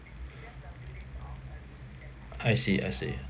I see I see